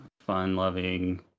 fun-loving